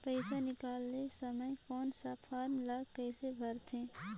पइसा निकाले समय कौन सा फारम ला कइसे भरते?